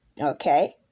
Okay